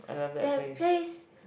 that place